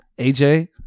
AJ